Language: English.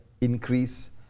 increase